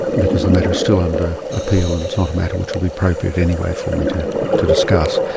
because the matter is still under appeal and it's not a matter which would be appropriate anyway for me to to discuss.